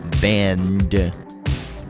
Band